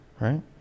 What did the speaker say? Right